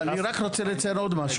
אני רק רוצה לציין עוד משהו.